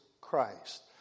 Christ